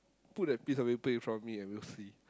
put that piece of paper in front of me and we'll see